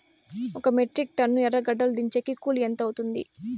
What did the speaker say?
ఒక metric ton ఎర్రగడ్డలు దించేకి కూలి ఎంత అవుతుంది?